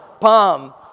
Palm